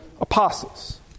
apostles